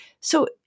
So-